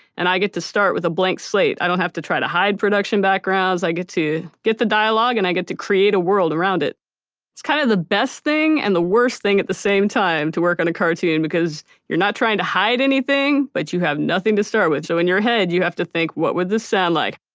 and i get to start with a blank slate. i don't have to try to hide production backgrounds. i get to get the dialogue, and i get to create a world around it it's kind of the best thing and the worst thing at the same time to work on a cartoon, because you're not trying to hide anything, but you have nothing to start with, so in your head you have to think, what would this sound like?